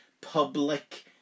public